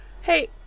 hey